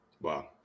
Wow